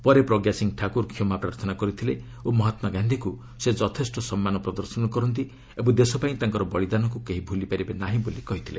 ପରେ ପ୍ରଜ୍ଞା ସିଂ ଠାକୁର କ୍ଷମା ପ୍ରାର୍ଥନା କରିଥିଲେ ଓ ମହାତ୍ମାଗାନ୍ଧିଙ୍କୁ ସେ ଯଥେଷ୍ଟ ସମ୍ମାନ ପ୍ରଦର୍ଶନ କରନ୍ତି ଓ ଦେଶପାଇଁ ତାଙ୍କର ବଳିଦାନକୁ କେହି ଭୁଲିପାରିବେ ନାହିଁ ବୋଲି କହିଥିଲେ